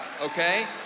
okay